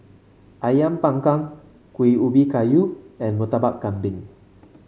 ayam panggang Kuih Ubi Kayu and Murtabak Kambing